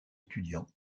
étudiants